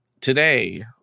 Today